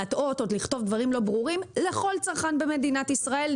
להטעות או לכתוב דברים לא ברורים לכל צרכן במדינת ישראל,